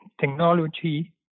technology